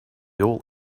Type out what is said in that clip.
all